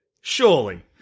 surely